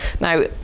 Now